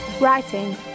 Writing